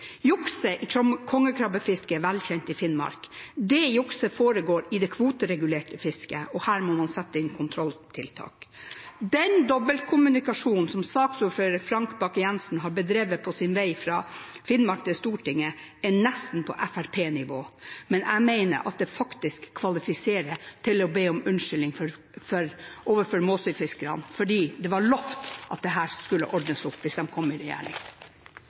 jukset foregår i det kvoteregulerte fisket, og her må man sette inn kontrolltiltak. Den dobbeltkommunikasjonen som saksordfører Frank Bakke-Jensen har bedrevet på sin vei fra Finnmark til Stortinget, er nesten på Fremskrittsparti-nivå, men jeg mener at det faktisk kvalifiserer til å be om unnskyldning for overfor Måsøy-fiskerne, for det var lovet at dette skulle ordnes opp i hvis de kom i regjering.